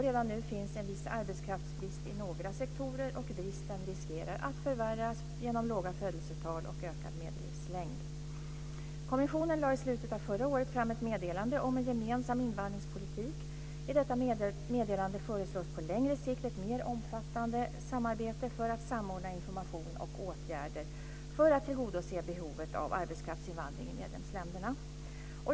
Redan nu finns en viss arbetskraftsbrist i några sektorer, och bristen riskerar att förvärras genom låga födelsetal och ökad medellivslängd. Kommissionen lade i slutet av förra året fram ett meddelande om en gemensam invandringspolitik. I detta meddelande föreslås på längre sikt ett mer omfattande samarbete för att samordna information och åtgärder för att tillgodose behovet av arbetskraftsinvandring i medlemsländerna.